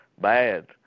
bad